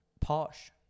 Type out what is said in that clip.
posh